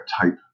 type